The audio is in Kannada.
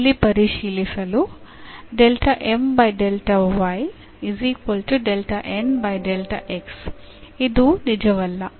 ಇಲ್ಲಿ ಪರಿಶೀಲಿಸಲು ಇದು ನಿಜವಲ್ಲ